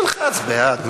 ללחוץ על בעד?